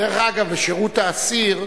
דרך אגב, בשירות לשיקום האסיר,